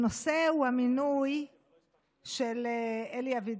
הנושא הוא המינוי של אלי אבידר,